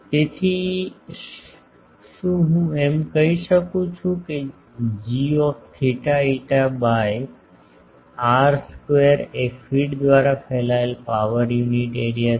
તેથી શું હું એમ કહી શકું છું કે g θ φ બાય આર સ્કેવેર એ ફીડ દ્વારા ફેલાયેલ પાવર પર યુનિટ એરિયા છે